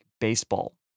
Baseball